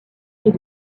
est